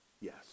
Yes